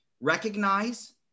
recognize